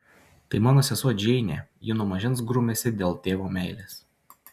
tai mano sesuo džeinė ji nuo mažens grumiasi dėl tėvo meilės